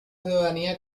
ciudadanía